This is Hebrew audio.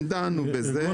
מה לגבי